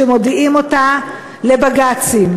שמודיעים אותה לבג"צים,